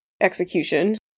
execution